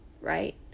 right